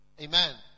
Amen